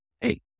hey